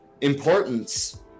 importance